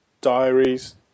diaries